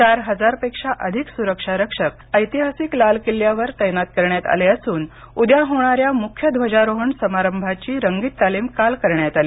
चार हजारपेक्षा अधिक सुरक्षा रक्षक ऐतिहासिक लाल किल्ल्यावर तैनात करण्यात आले असून उद्या होणाऱ्या मुख्य ध्वजारोहण समारंभाची रंगीत तालीम काल करण्यात आली